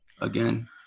again